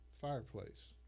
fireplace